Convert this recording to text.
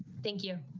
thank you.